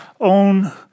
own